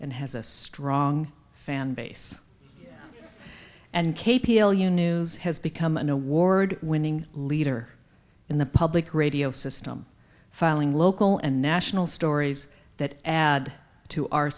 and has a strong fan base and kay p l u news has become an award winning leader in the public radio system filing local and national stories that add to